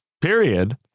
period